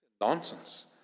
Nonsense